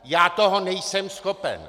Já toho nejsem schopen!